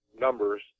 numbers